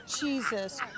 Jesus